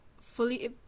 fully